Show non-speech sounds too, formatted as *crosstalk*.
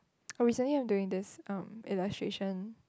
oh *noise* recently I am doing this um illustration